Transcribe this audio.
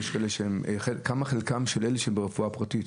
מה חלקם של אלה שברפואה פרטית?